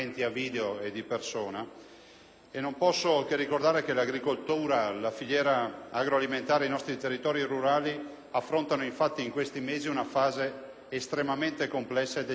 a meno di ricordare che l'agricoltura, la filiera agroalimentare e i nostri territori rurali affrontano in questi mesi una fase estremamente complessa e decisiva per le prospettive future.